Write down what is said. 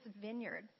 vineyard